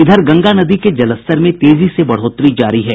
इधर गंगा नदी के जलस्तर में तेजी से बढ़ोतरी जारी है